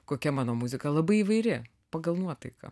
kokia mano muzika labai įvairi pagal nuotaiką